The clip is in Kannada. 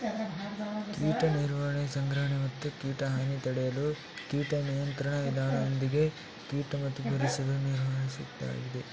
ಕೀಟ ನಿರ್ವಹಣೆ ಸಂಗ್ರಹಣೆ ಮತ್ತು ಕೀಟ ಹಾನಿ ತಡೆಯಲು ಕೀಟ ನಿಯಂತ್ರಣ ವಿಧಾನದೊಂದಿಗೆ ಕೀಟ ಮತ್ತು ಪರಿಸರ ನಿರ್ವಹಿಸೋದಾಗಿದೆ